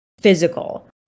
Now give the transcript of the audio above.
physical